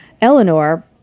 Eleanor